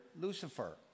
Lucifer